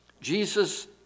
Jesus